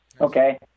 Okay